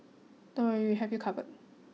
don't worry we have you covered